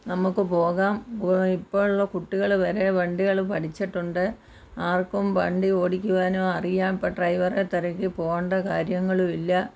നമുക്ക് പോകാം ഇപ്പോൾ ഉള്ള കുട്ടികൾ വരെ വണ്ടികൾ പഠിച്ചിട്ടുണ്ട് ആർക്കും വണ്ടി ഓടിക്കുവാനോ അറിയാം ഇപ്പോൾ ഡ്രൈവറെ തിരക്കി പോവണ്ട കാര്യങ്ങളും ഇല്ല